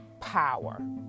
power